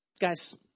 Guys